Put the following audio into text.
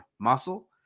muscle